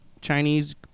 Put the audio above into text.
Chinese